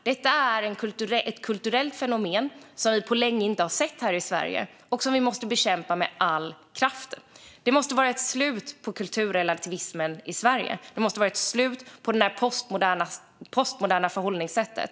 Detta är ett kulturellt fenomen som vi inte har sett här i Sverige på länge och som vi måste bekämpa med all kraft. Det måste bli ett slut på kulturrelativismen i Sverige. Det måste bli ett slut på det postmoderna förhållningssättet.